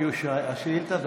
כי הוא שואל השאילתה,